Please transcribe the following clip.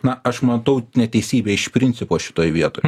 na aš matau neteisybę iš principo šitoj vietoj